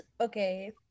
Okay